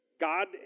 God